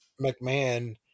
McMahon